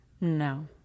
No